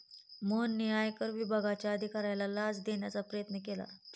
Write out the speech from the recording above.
मोहनने आयकर विभागाच्या अधिकाऱ्याला लाच देण्याचा प्रयत्न केला